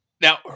Now